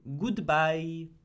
goodbye